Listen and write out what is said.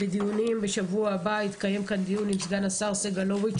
בדיונים בשבוע הבא יתקיים כאן דיון עם סגן השר סגלוביץ',